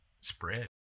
spread